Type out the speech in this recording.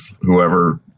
whoever